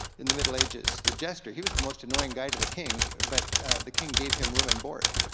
in the middle ages, the jester, he was the most annoying guy to the king, but the king gave him room and board.